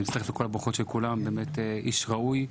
אני מצטרף לכל הברכות של כולם, באמת איש ראוי.